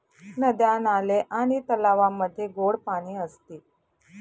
नद्या, नाले आणि तलावांमध्ये गोड पाणी असते